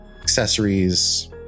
accessories